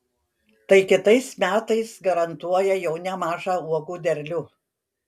tai kitais metais garantuoja jau nemažą uogų derlių